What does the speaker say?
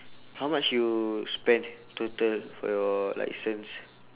how much you spend total for your licence